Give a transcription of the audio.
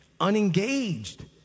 Unengaged